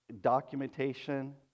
documentation